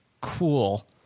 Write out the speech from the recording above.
cool